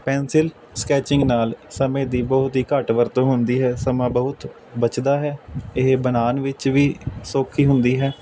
pencil sketching ਨਾਲ ਸਮੇਂ ਦੀ ਬਹੁਤ ਹੀ ਘੱਟ ਵਰਤੋਂ ਹੁੰਦੀ ਹੈ ਸਮਾਂ ਬਹੁਤ ਬਚਦਾ ਹੈ ਇਹ ਬਣਾਉਣ ਵਿੱਚ ਵੀ ਸੌਖੀ ਹੁੰਦੀ ਹੈ